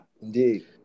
Indeed